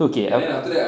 okay